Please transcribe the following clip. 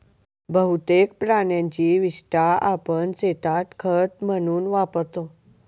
बहुतेक प्राण्यांची विस्टा आपण शेतात खत म्हणून वापरतो